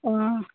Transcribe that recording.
অঁ